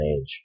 Age